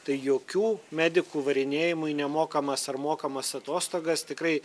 tai jokių medikų varinėjimų į nemokamas ar mokamas atostogas tikrai